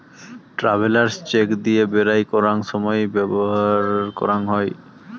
travellers cheque দিয়ে বেরায় করাঙ সময়ত ব্যবহার করাং হই